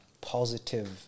positive